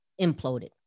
imploded